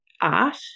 art